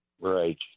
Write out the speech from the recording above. Right